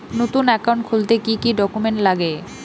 নতুন একাউন্ট খুলতে কি কি ডকুমেন্ট লাগে?